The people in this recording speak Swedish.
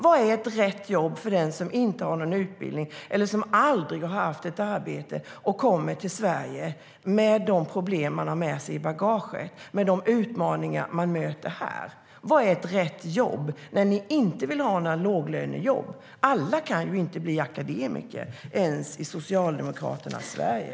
Vad är rätt jobb för dem som inte har någon utbildning eller som aldrig har haft ett arbete och som kommer till Sverige med de problem de har i bagaget och till de utmaningar de möter här? Vad är rätt jobb när ni inte vill ha några låglönejobb? Alla kan ju inte bli akademiker ens i Socialdemokraternas Sverige.